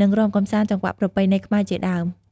និងរាំកំសាន្តចង្វាក់ប្រពៃណីខ្មែរជាដើម។